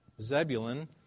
Zebulun